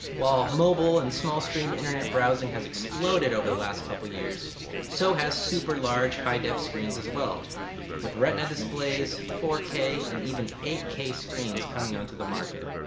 while mobile and small screen internet browsing has exploded over the last couple years so has super large hi-def screen as well with retina displays, four k, and even eight k screens coming onto the market.